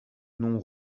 non